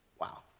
Wow